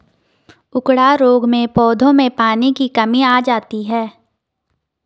उकडा रोग में पौधों में पानी की कमी आ जाती है